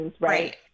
right